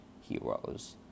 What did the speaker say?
Heroes